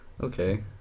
Okay